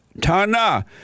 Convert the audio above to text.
Tana